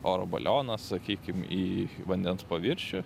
oro balioną sakykim į vandens paviršių